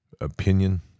opinion